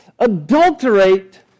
adulterate